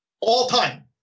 All-time